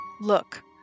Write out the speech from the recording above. Look